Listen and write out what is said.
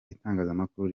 itangazamakuru